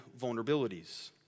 vulnerabilities